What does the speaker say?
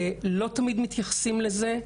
לא תמיד מתייחסים לזה.